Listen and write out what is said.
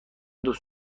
دوست